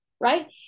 right